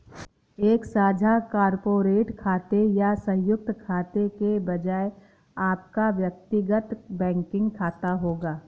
एक साझा कॉर्पोरेट खाते या संयुक्त खाते के बजाय आपका व्यक्तिगत बैंकिंग खाता होगा